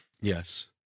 yes